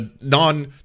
Non